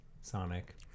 Sonic